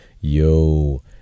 Yo